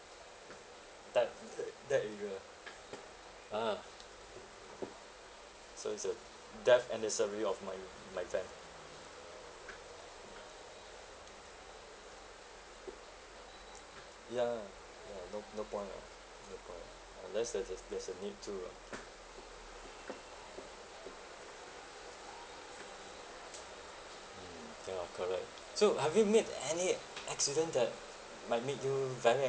that that area ah a'ah sorry sorry death annisary of my my van ya ya no no point lah no point lah unless there's a there's a need to lah mm ya correct so have you meet any accident that might make you very angry